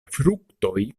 fruktoj